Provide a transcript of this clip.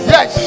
Yes